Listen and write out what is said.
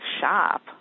shop